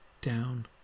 down